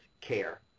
care